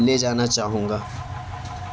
لے جانا چاہوں گا